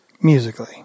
Musically